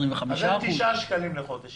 אז אתה מממן 9 שקלים לחודש